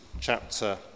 chapter